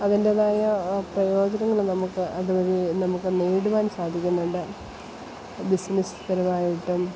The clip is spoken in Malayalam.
അതിൻറ്റേതായ പ്രയോജനങ്ങൾ നമുക്ക് അതു വഴി നമുക്ക് നേടുവാൻ സാധിക്കുന്നുണ്ട് ബിസിനസ്സ് പരമായിട്ടും